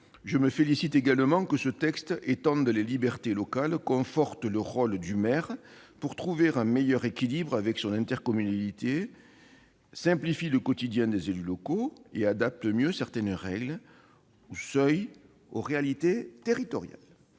Je me félicite également que ce texte étende les libertés locales, conforte le rôle du maire pour trouver un meilleur équilibre avec son intercommunalité, simplifie le quotidien des élus locaux et adapte mieux certaines règles ou seuils aux réalités territoriales.